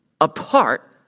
Apart